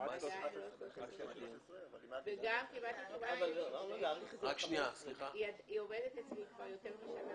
עד 13 אבל --- וגם קיבלתי תשובה --- היא עובדת אצלי כבר יותר משנה